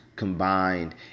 Combined